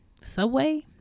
Subway